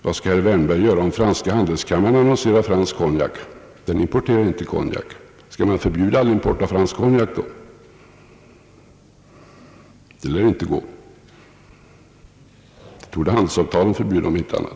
Vad skall herr Wärnberg göra om Franska handelskammaren, som ju inte importerar konjak, annonserar fransk konjak? Skall man då förbjuda all import av fransk konjak? Det lär inte gå, det torde handelsavtalen förbjuda om inte annat.